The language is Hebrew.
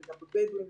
גם בבדואים,